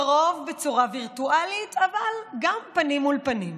לרוב בצורה וירטואלית אבל גם פנים מול פנים.